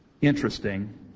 interesting